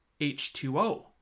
H2O